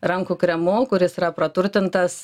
rankų kremu kuris yra praturtintas